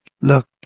look